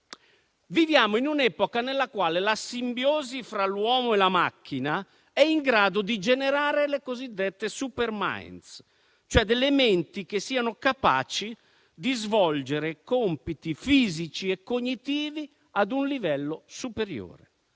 Viviamo in un'epoca nella quale la simbiosi fra l'uomo e la macchina è in grado di generare le cosiddette *supermind,* cioè delle menti che siano capaci di svolgere compiti fisici e cognitivi a un livello superiore.